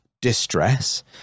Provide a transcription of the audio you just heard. distress